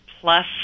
plus